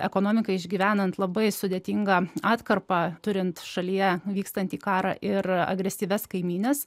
ekonomikai išgyvenant labai sudėtingą atkarpą turint šalyje vykstantį karą ir agresyvias kaimynes